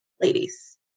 ladies